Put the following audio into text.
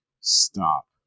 Stop